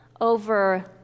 over